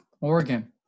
Oregon